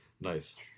Nice